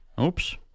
Oops